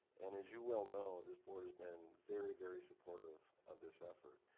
and as you well know, this board has been very very supportive of this effort.